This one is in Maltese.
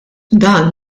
dan